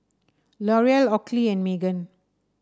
L'Oreal Oakley and Megan